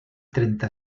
trenta